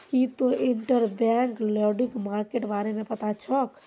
की तोक interbank lending मार्केटेर बारे पता छोक